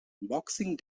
boxing